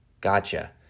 gotcha